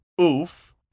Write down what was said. oof